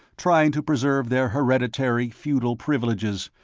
trying to preserve their hereditary feudal privileges,